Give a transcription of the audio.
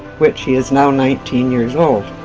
which is now nineteen years old.